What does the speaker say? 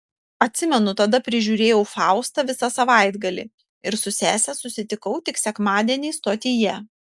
atsimenu tada prižiūrėjau faustą visą savaitgalį ir su sese susitikau tik sekmadienį stotyje